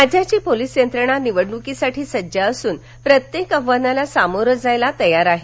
जैसवाल राज्याची पोलिस यंत्रणा निवडणुकीसाठी सज्ज असून प्रत्येक आव्हानाला सामोर जायला तयार आहे